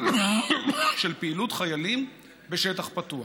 של פעילות חיילים בשטח פתוח?